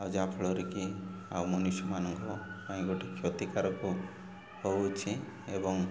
ଆଉ ଯାହାଫଳରେ କି ଆଉ ମନୁଷ୍ୟ ମାନଙ୍କ ପାଇଁ ଗୋଟେ କ୍ଷତିକାରକ ହେଉଛି ଏବଂ